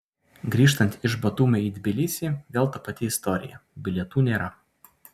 grįžtant iš batumio į tbilisį vėl ta pati istorija bilietų nėra